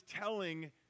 telling